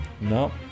No